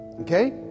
Okay